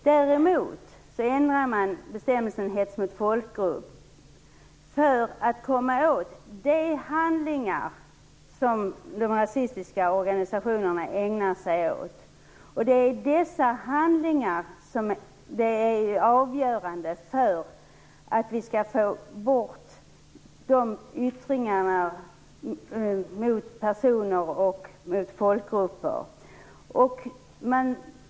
Däremot ändrade man bestämmelsen om hets mot folkgrupp för att komma åt de handlingar som de rasistiska organisationerna ägnade sig åt, och det är dessa handlingar som är avgörande för om vi skall få bort yttringarna mot personer och folkgrupper.